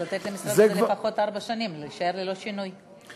צריך לתת למשרד הזה לפחות ארבע שנים להישאר ללא שינוי שם.